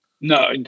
No